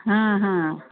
हां हां